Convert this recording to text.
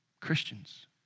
Christians